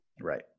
right